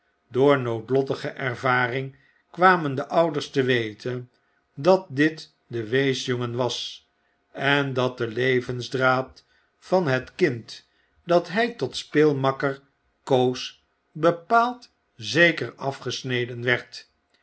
door noodlottige ervaring kwamen de ouders te weten dat dit de weesjongen was en dat de levensdraad van het kind dat hij tot speelmakker koos bepaald zeker afgesneden werd